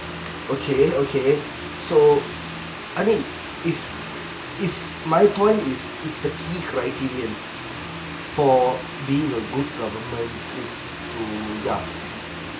okay okay so I mean if if my point is is the key criterion for being a good government is to ya